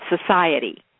society